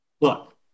look